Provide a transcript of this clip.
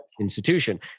institution